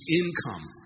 income